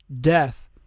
death